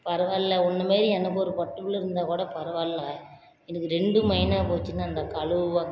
பரவாயில்ல உன்னை மாதிரி எனக்கு ஒரு பொட்டை புள்ளை இருந்தால் கூட பரவாயில்ல எனக்கு ரெண்டும் பையனாக போச்சின்னு அந்த அக்கா அழுகுவாங்க